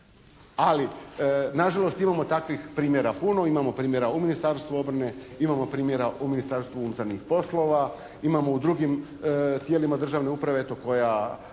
Ali na žalost imamo takvih puno, imamo primjera u Ministarstvu obrane, imamo primjera u Ministarstvu unutarnjih poslova, imamo u drugim tijelima državne uprave eto